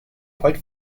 quite